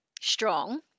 strong